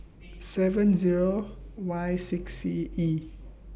seven Zero Y six C E